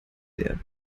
der